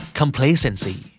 complacency